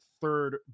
third